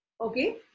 Okay